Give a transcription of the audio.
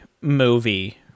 movie